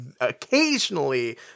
occasionally